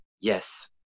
Yes